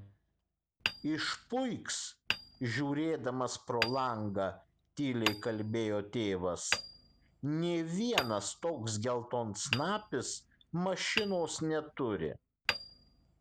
išpuiks žiūrėdamas pro langą tyliai kalbėjo tėvas nė vienas toks geltonsnapis mašinos neturi